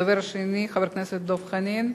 דובר שני, חבר הכנסת דב חנין?